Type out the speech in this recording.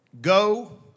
Go